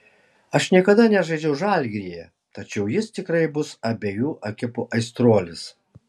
aš niekada nežaidžiau žalgiryje tačiau jis tikrai bus abejų ekipų aistruolis